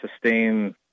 sustain